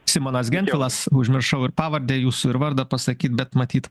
simonas gentvilas užmiršau ir pavardę jūsų ir vardą pasakyt bet matyt